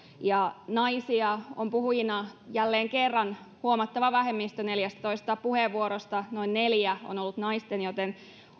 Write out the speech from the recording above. ja naisia on puhujina jälleen kerran huomattava vähemmistö neljästätoista puheenvuorosta noin neljä on ollut naisten joten